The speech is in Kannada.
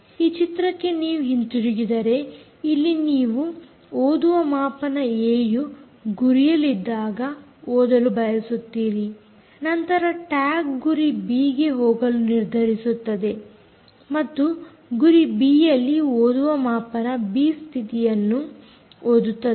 ಈ ಚಿತ್ರಕ್ಕೆ ನೀವು ಹಿಂದಿರುಗಿದರೆ ಇಲ್ಲಿ ನೀವು ಓದುವ ಮಾಪನ ಏ ಯು ಗುರಿಯಲ್ಲಿದ್ದಾಗ ಓದಲು ಬಯಸುತ್ತೀರಿ ನಂತರ ಟ್ಯಾಗ್ ಗುರಿ ಬಿ ಗೆ ಹೋಗಲು ನಿರ್ಧರಿಸುತ್ತದೆ ಮತ್ತು ಗುರಿ ಬಿ ಯಲ್ಲಿ ಓದುವ ಮಾಪನ ಬಿ ಸ್ಥಿತಿಯನ್ನು ಓದುತ್ತದೆ